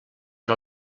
per